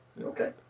Okay